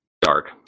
Dark